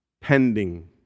pending